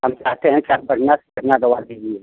हम चाहते हैं कि आप बढ़िया से बढ़िया दवा दीजिए